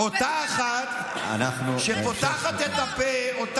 אותה אחת שפותחת את הפה, יש לי זכות תגובה.